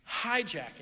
hijacking